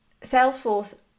Salesforce